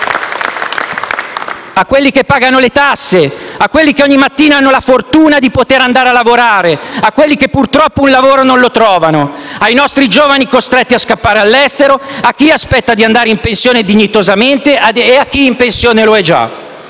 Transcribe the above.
a quelli che pagano le tasse, a quelli che ogni mattina hanno la fortuna di poter andare a lavorare, a quelli che purtroppo un lavoro non lo trovano, ai nostri giovani costretti a scappare all'estero, a chi aspetta di andare in pensione dignitosamente e a chi in pensione lo è già;